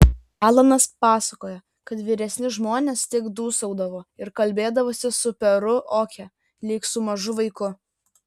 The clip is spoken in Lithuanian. alanas pasakojo kad vyresni žmonės tik dūsaudavo ir kalbėdavosi su peru oke lyg su mažu vaiku